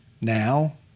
now